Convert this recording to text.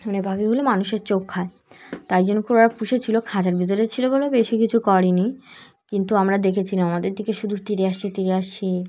মানে পাখিগুলো মানুষের চোখ খায় তাই জন্য করেো ওরা পুষে ছিলো খাঁচার ভেতরে ছিল বলে বেশি কিছু করেন কিন্তু আমরা দেখেছিলাম আমাদের দিকে শুধু তেড়ে আসছে তেড়ে আসছে